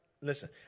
listen